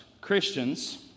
Christians